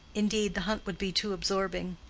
indeed, the hunt would be too absorbing.